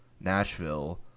Nashville